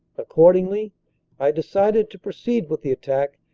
accordingly i decided to proceed with the attack,